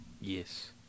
Yes